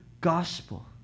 gospel